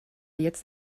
jetzt